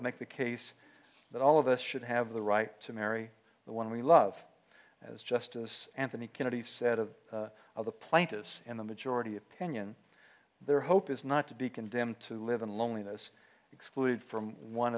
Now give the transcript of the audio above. make the case that all of us should have the right to marry the one we love as justice anthony kennedy said of of the plaintiffs in the majority opinion their hope is not to be condemned to live in loneliness excluded from one